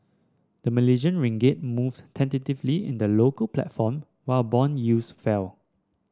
the Malaysian Ringgit moved tentatively in the local platform while bond yields fell